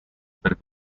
per